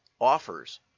offers